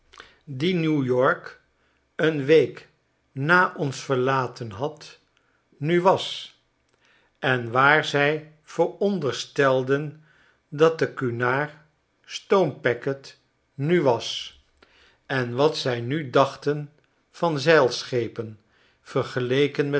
die new york een week naonsverlaten had nu was en waar zij veronderstelden dat de cunard stoompacket mi was en wat zy nu dachten van zeilschepen